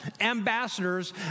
ambassadors